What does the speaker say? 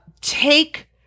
take